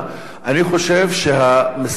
אני חושב שהמסגרת הזו,